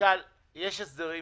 יש הסדרים